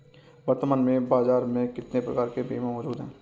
वर्तमान में बाज़ार में कितने प्रकार के बीमा मौजूद हैं?